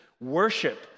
worship